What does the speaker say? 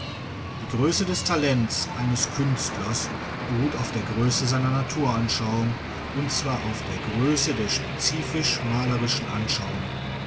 die größe des talents eines künstlers beruht auf der größe seiner naturanschauung und zwar auf der größe der spezifisch malerischen anschauung